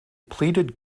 pleaded